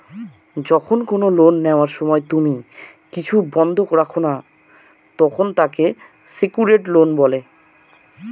যখন কোনো লোন নেওয়ার সময় তুমি কিছু বন্ধক রাখো না, তখন তাকে সেক্যুরড লোন বলে